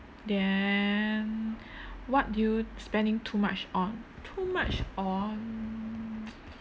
then what do you spending too much on too much on